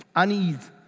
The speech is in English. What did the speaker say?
unease.